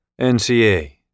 NCA